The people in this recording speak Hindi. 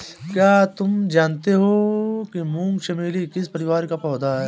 क्या तुम जानते हो कि मूंगा चमेली किस परिवार का पौधा है?